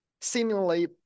seemingly